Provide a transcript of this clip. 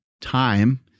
time